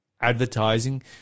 advertising